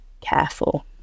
careful